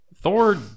Thor